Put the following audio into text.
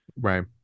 Right